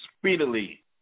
Speedily